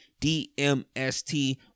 DMST